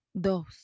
dos